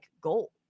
goal